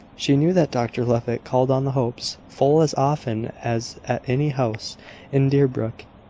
she knew that dr levitt called on the hopes full as often as at any house in deerbrook